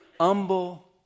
humble